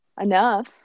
enough